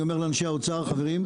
אני אומר לאנשי האוצר חברים,